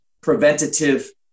preventative